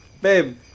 babe